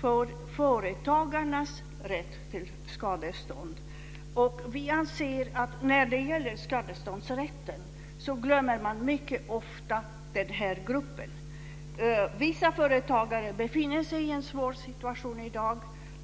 för företagarnas rätt till skadestånd. Vi anser att när det gäller skadeståndsrätten glömmer man mycket ofta den här gruppen. Vissa företagare befinner sig i en svår situation i dag.